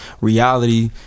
reality